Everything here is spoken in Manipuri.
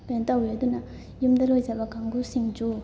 ꯀꯩꯅꯣ ꯇꯧꯋꯦ ꯑꯗꯨꯅ ꯌꯨꯝꯗ ꯂꯣꯏꯖꯕ ꯀꯥꯡꯕꯨꯁꯤꯡꯁꯨ